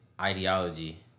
ideology